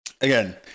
again